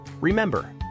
Remember